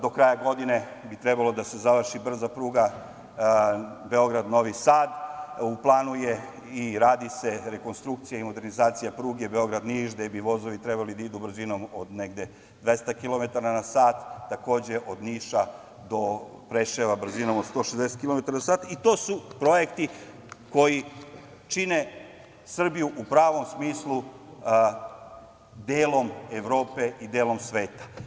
Do kraja godine bi trebalo da se završi brza pruga Beograd-Novi Sad, u planu je i radi se rekonstrukcija i modernizacija pruge Beograd-Niš, gde bi vozovi trebali da idu brzinom od negde 200 km na sat, takođe od Niša do Preševa brzinom od 160 km na sat i to su projekti koji čine Srbiju u pravom smislu delom Evrope i delom sveta.